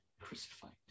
crucified